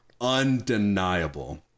undeniable